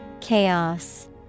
Chaos